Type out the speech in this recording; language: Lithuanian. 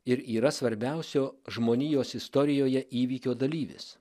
ir yra svarbiausio žmonijos istorijoje įvykio dalyvis